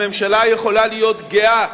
הממשלה יכולה להיות גאה,